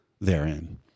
therein